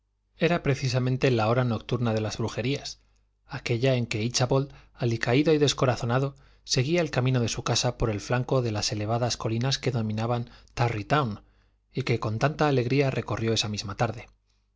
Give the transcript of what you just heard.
era precisamente la hora nocturna de las brujerías aquella en que íchabod alicaído y descorazonado seguía el camino de su casa por el flanco de las elevadas colinas que dominan tarry town y que con tanta alegría recorrió esa misma tarde la